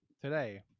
today